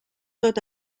tot